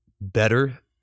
better